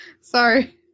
Sorry